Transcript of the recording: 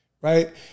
Right